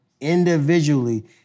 individually